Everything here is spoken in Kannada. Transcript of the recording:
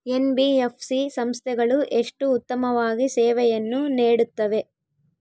ಎನ್.ಬಿ.ಎಫ್.ಸಿ ಸಂಸ್ಥೆಗಳು ಎಷ್ಟು ಉತ್ತಮವಾಗಿ ಸೇವೆಯನ್ನು ನೇಡುತ್ತವೆ?